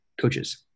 coaches